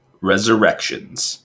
Resurrections